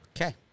Okay